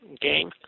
game